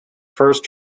first